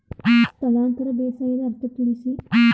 ಸ್ಥಳಾಂತರ ಬೇಸಾಯದ ಅರ್ಥ ತಿಳಿಸಿ?